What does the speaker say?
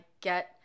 get